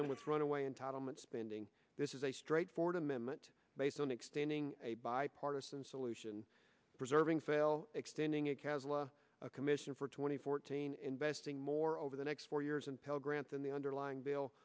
them with runaway entitlement spending this is a straightforward amendment based on extending a bipartisan solution preserving sale extending it has a commission for twenty fourteen investing more over the next four years and pell grants in the underlying bill